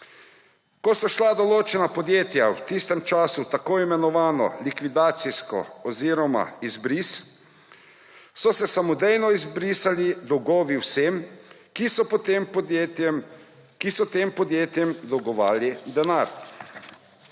Ko so šla določena podjetja v tistem času v tako imenovano likvidacijo oziroma izbris, so se samodejno izbrisali dolgovi vsem, ki so tem podjetjem dolgovali denar.